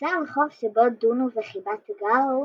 בקצה הרחוב שבו דונו וחיבת גרו,